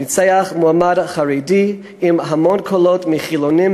המועמד החרדי עם המון קולות מחילונים,